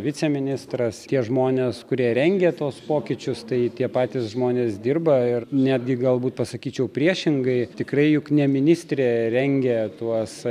viceministras tie žmonės kurie rengia tuos pokyčius tai tie patys žmonės dirba ir netgi galbūt pasakyčiau priešingai tikrai juk ne ministrė rengia tuos